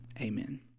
Amen